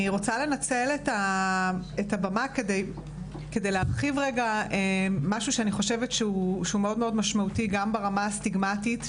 אני רוצה לנצל את הבמה כדי להרחיב משהו שלדעתי משמעותי ברמה הסטיגמתית,